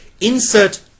Insert